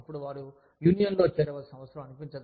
అప్పుడు వారు యూనియన్లో చేరవలసిన అవసరం అనిపించదు